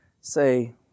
say